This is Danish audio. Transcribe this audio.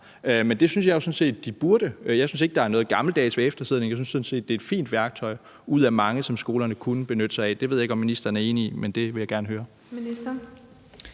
Men det synes jeg sådan set de burde. Jeg synes ikke, der er noget gammeldags ved eftersidning. Jeg synes sådan set, det er et fint værktøj ud af mange, som skolerne kunne benytte sig af. Det ved jeg ikke om ministeren er enig i, men det vil jeg gerne høre.